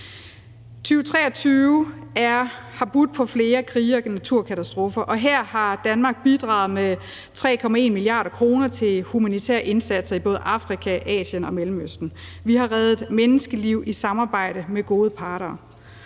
2023 har budt på flere krige og naturkatastrofer, og her har Danmark bidraget med 3,1 mia. kr. til humanitære indsatser i både Afrika, Asien og Mellemøsten. Vi har reddet menneskeliv i samarbejde med gode parter.